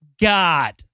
god